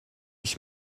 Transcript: ich